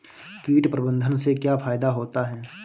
कीट प्रबंधन से क्या फायदा होता है?